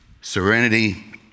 Serenity